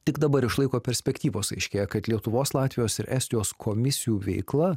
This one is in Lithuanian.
tik dabar iš laiko perspektyvos aiškėja kad lietuvos latvijos ir estijos komisijų veikla